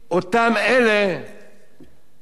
אותם אלה שהם